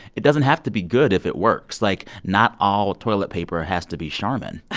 it doesn't have to be good if it works. like, not all toilet paper has to be charmin.